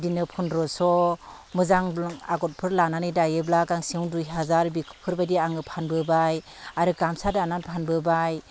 बिदिनो फन्द्रस' मोजां आगरफोर लानानै दायोब्ला गांसेयावनो दुइ हाजार बिफोरबायदि आङो फानबोबाय आरो गामसा दानानै फानबोबाय